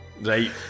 Right